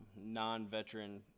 non-veteran